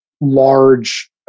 large